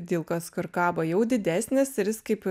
dilkos kur kabo jau didesnis ir jis kaip